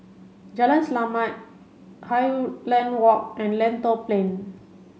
Jalan Selamat Highland Walk and Lentor Plain